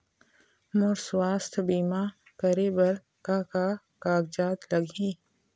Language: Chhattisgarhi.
मोर स्वस्थ बीमा करे बर का का कागज लगही?